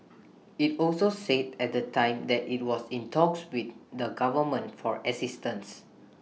IT also said at the time that IT was in talks with the government for assistance